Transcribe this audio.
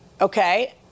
Okay